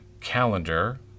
calendar